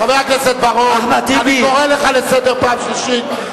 חבר הכנסת בר-און, אני קורא אותך לסדר פעם שלישית.